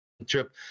trip